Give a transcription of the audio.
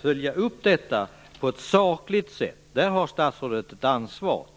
följa upp detta på ett sakligt sätt. Där har statsrådet ett ansvar.